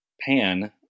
PAN